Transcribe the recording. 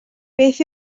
beth